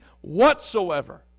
whatsoever